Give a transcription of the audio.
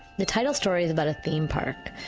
the title story is about a theme park,